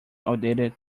outdated